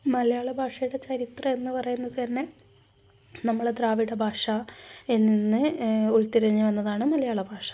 മലയാള ഭാഷയുടെ ചരിത്രം എന്ന് പറയുന്നത് തന്നെ നമ്മള ദ്രാവിഡ ഭാഷ നിന്ന് ഉരിത്തിരിഞ്ഞ് വന്നതാണ് മലയാള ഭാഷാ